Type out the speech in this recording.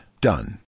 Done